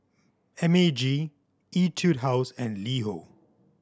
M A G Etude House and LiHo